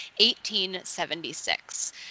1876